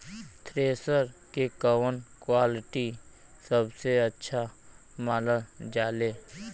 Thresher के कवन quality सबसे अच्छा मानल जाले?